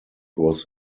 was